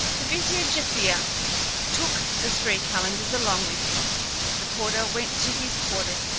the vizier jaaffier took the three calenders along with him the porter went to his quarters,